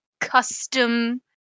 custom